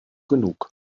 genug